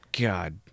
God